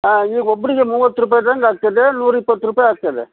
ಹಾಂ ಈಗ ಒಬ್ಬರಿಗೆ ಮೂವತ್ತು ರೂಪಾಯ್ದಂಗೆ ಆಗ್ತದೆ ನೂರಿಪ್ಪತ್ತು ರೂಪಾಯಿ ಆಗ್ತದೆ